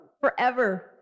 forever